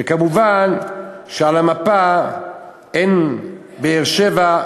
וכמובן על המפה אין באר-שבע,